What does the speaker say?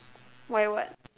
why what